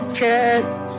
catch